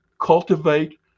cultivate